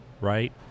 Right